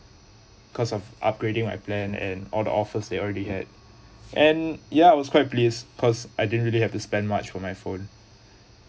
cause of upgrading my plan and all the offers they already had and ya I was quite pleased cause I didn't really have to spend much for my phone